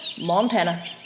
Montana